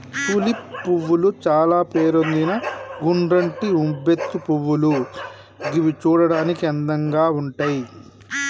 tulip పువ్వులు చాల పేరొందిన గుండ్రటి ఉబ్బెత్తు పువ్వులు గివి చూడడానికి అందంగా ఉంటయ్